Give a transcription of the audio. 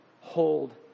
hold